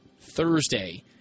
Thursday